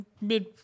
mid